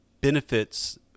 benefits